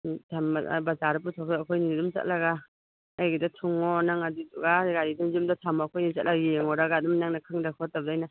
ꯕꯥꯖꯥꯔꯗ ꯄꯨꯊꯣꯛꯂꯒ ꯑꯩꯈꯣꯏ ꯑꯅꯤ ꯑꯗꯨꯝ ꯆꯠꯂꯒ ꯑꯩꯒꯤꯗ ꯊꯨꯡꯉꯣ ꯅꯪ ꯑꯗꯨꯗꯨꯒ ꯒꯥꯔꯤꯗꯣ ꯌꯨꯝꯗ ꯊꯝꯃꯣ ꯑꯩꯈꯣꯏ ꯑꯅꯤ ꯆꯠꯂꯒ ꯌꯦꯡꯂꯨꯔꯒ ꯑꯗꯨꯝ ꯅꯪꯅ ꯈꯪꯗ ꯈꯣꯠꯇꯕꯗꯣ ꯑꯩꯅ